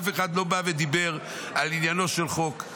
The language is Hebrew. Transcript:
אף אחד לא בא ודיבר על עניינו של החוק.